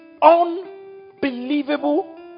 unbelievable